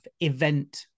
event